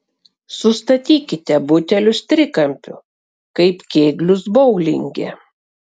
sustatykite butelius trikampiu kaip kėglius boulinge